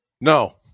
No